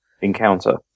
encounter